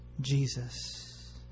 Jesus